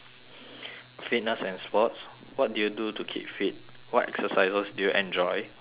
fitness and sports what do you do to keep fit what exercises do you enjoy why